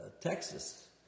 Texas